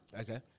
Okay